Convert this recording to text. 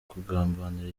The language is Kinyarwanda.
kugambanira